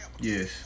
yes